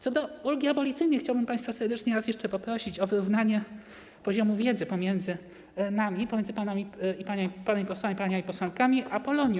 Co do ulgi abolicyjnej chciałbym państwa bardzo serdecznie raz jeszcze poprosić o wyrównanie poziomu wiedzy pomiędzy nami, pomiędzy panami posłami i paniami posłankami a Polonią.